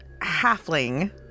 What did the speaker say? Halfling